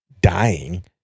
dying